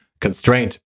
constraint